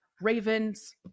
Ravens